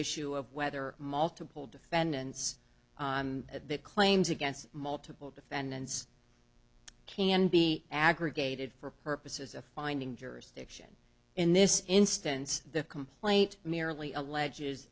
issue of whether multiple defendants at the claims against multiple defendants can be aggregated for purposes of finding jurisdiction in this instance the complaint merely alleges